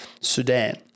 Sudan